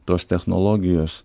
tos technologijos